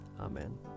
Amen